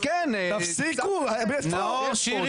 אז כן --- נאור שירי,